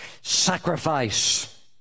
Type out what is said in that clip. sacrifice